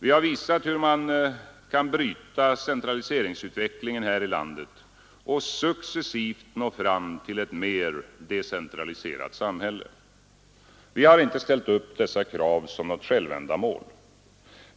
Vi har visat hur man kan bryta centraliseringsutvecklingen här i landet och successivt nå fram till ett mer decentraliserat samhälle. Vi har inte ställt upp dessa krav som något självändamål.